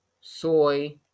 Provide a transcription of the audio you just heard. soy